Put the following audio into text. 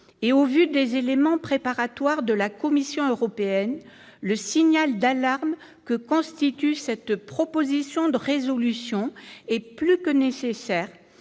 et au vu des éléments préparatoires de la Commission européenne, le signal d'alarme que constitue cette proposition de résolution européenne est plus que nécessaire.